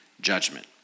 judgment